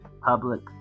public